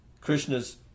Krishna's